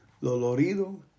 dolorido